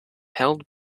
held